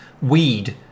weed